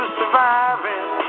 surviving